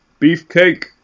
Beefcake